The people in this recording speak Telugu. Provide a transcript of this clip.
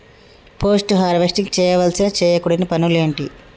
పోస్ట్ హార్వెస్టింగ్ చేయవలసిన చేయకూడని పనులు ఏంటి?